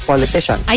Politician